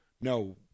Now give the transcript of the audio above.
no